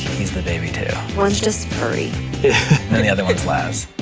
he's the baby, too. one's just furry. yeah. and the other one's laz.